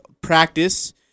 practice